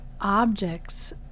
objects